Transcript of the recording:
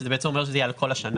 שזה בעצם אומר שזה יהיה על כל השנה.